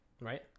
Right